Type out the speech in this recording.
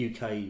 UK